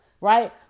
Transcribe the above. right